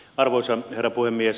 arvoisa herra puhemies